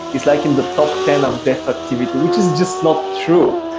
is like in the top ten of death activity, which is just not true.